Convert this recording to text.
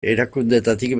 erakundeetatik